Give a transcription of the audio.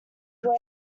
where